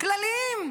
כאלה כלליים,